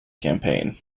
campaign